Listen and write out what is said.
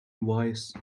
wise